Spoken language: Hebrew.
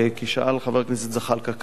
כי שאל חבר הכנסת זחאלקה כמה,